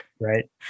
Right